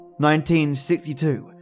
1962